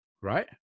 right